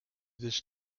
this